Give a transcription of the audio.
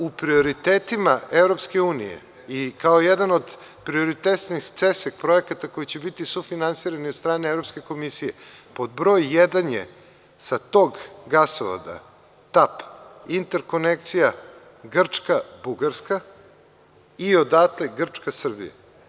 U prioritetima EU i kao jedan o prioritetnih projekata koji će biti sufinansirani od strane Evropske komisije, pod broj jedan je sa tog gasovoda Tap interkonekcija Grčka-Bugarska i odatle Grčka-Srbija.